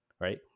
right